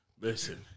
Listen